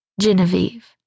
Genevieve